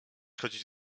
chodzić